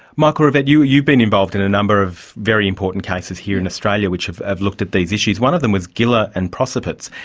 michael rivette, you've you've been involved in a number of very important cases here in australia, which have looked at these issues. one of them was giller and procopets,